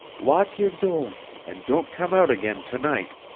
lock your door and don't come out again to-night!